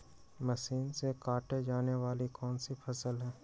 Machine से काटे जाने वाली कौन सी फसल है?